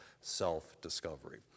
self-discovery